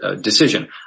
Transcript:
decision